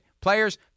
Players